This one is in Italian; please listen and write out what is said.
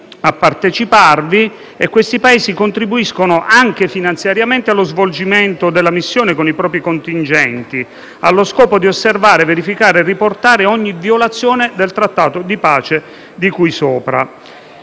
a parteciparvi, che contribuiscono anche finanziariamente allo svolgimento della missione con i propri contingenti, allo scopo di osservare, verificare e riportare ogni violazione del Trattato di pace di cui sopra.